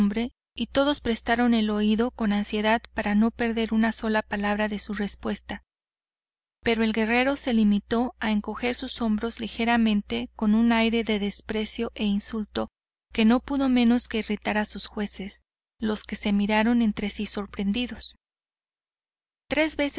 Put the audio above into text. y todos prestaron el oído con ansiedad para no perder una sola palabra de su respuesta pero el guerrero se limitó a encoger sus hombros ligeramente con un aire de desprecio e insulto que no pudo menos de irritar a sus jueces los que se miraron entre si sorprendidos tres veces